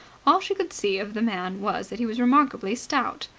all she could see of the man was that he was remarkably stout.